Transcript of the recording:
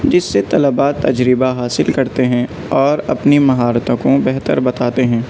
جس سے طلبہ تجربہ حاصل کرتے ہیں اور اپنی مہارتوں کو بہتر بتاتے ہیں